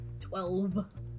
Twelve